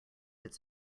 its